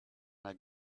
like